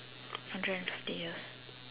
hundred and fifty years